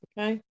okay